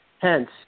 Hence